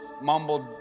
mumbled